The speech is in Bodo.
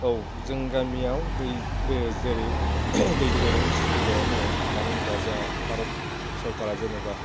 औ जों गामियाव जेरै दै जगायनायनि सुबिदाया दङ मानो होनबा जोंहा भारत सोरखारा जेनेबा